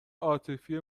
عاطفی